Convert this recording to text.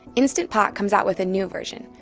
instant pot comes out with a new version,